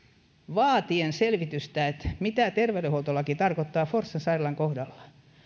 vaatien selvitystä että mitä terveydenhuoltolaki tarkoittaa forssan sairaalan kohdalla